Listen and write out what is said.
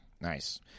Nice